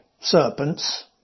serpents